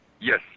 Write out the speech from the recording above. yes